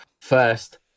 First